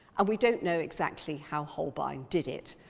and we don't know exactly how holbein did it.